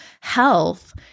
health